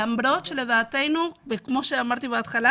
למרות שלדעתנו וכמו שאמרתי בהתחלה: